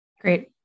Great